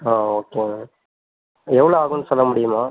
ஆ ஓகேங்க எவ்வளோ ஆகும்னு சொல்ல முடியுமா